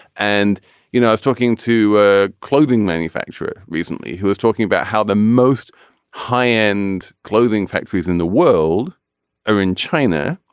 and you know i was talking to a clothing manufacturer recently who was talking about how the most high end clothing factories in the world are in china.